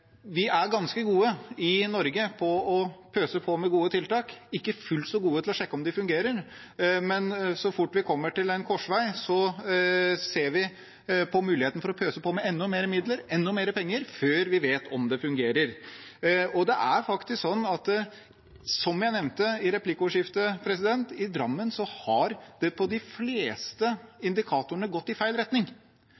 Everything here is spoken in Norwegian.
Norge til å pøse på med gode tiltak, men ikke fullt så gode til å sjekke om de fungerer. Så fort vi kommer til en korsvei, ser vi på muligheten for å pøse på med enda mer midler, enda mer penger, før vi vet om det fungerer. Som jeg nevnte i replikkordskiftet, har det i Drammen på de fleste indikatorene gått i feil retning. Da må det også være noe galt med innretningen på tiltakene, og det må man se på